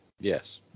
Yes